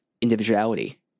individuality